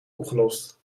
opgelost